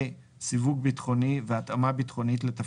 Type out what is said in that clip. סיווג ביטחוני והתאמה ביטחונית לתפקיד,